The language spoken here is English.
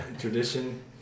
tradition